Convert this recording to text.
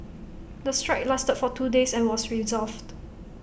the strike lasted for two days and was resolved